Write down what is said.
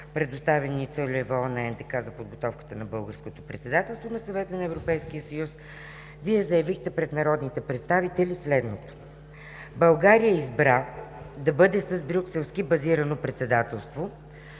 предоставени целево на НДК за подготовката на българското председателство на Съвета на Европейския съюз, Вие заявихте пред народните представители следното: „България избра да бъде с брюкселски базирано председателство.